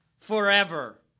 forever